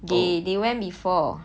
they they went before